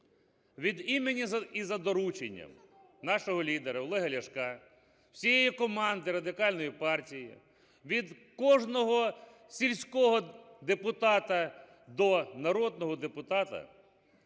Від імені і за дорученням нашого лідера Олега Ляшка, всієї команди Радикальної партії, від кожного сільського депутата до народного депутата